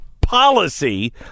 policy